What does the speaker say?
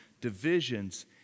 divisions